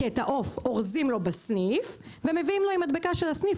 כי את העוף אורזים לו בסניף ומביאים לו עם מדבקה של הסניף,